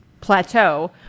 plateau